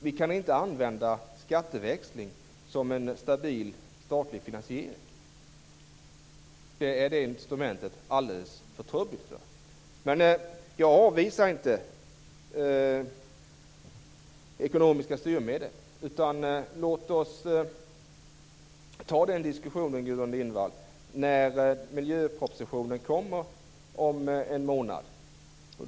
Vi kan inte använda skatteväxling som en stabil statlig finansiering. Det är det instrumentet alldeles för trubbigt för. Men jag avvisar inte ekonomiska styrmedel, utan låt oss ta den diskussionen, Gudrun Lindvall, när miljöpropositionen kommer om en månad.